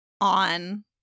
on